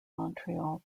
montreal